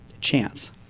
chance